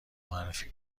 معرفی